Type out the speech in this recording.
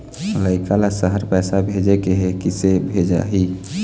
लइका ला शहर पैसा भेजें के हे, किसे भेजाही